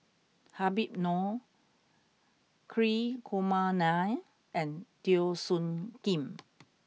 Habib Noh Hri Kumar Nair and Teo Soon Kim